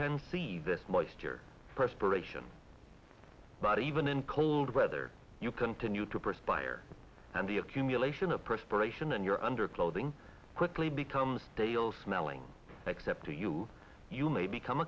can see this moisture preparation not even in cold weather you continue to perspire and the accumulation of perspiration and your underclothing quickly becomes stale smelling except to you you may become